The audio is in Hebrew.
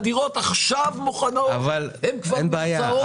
הדירות עכשיו מוכנות והן כבר מושכרות.